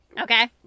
Okay